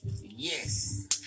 Yes